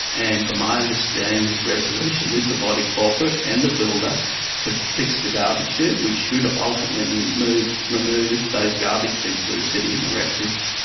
and from my understanding there's resolution with the body corporate and the builder to fix the garbage chute, which should ultimately and remove those garbage bins that are sitting in the refuge.